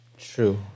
True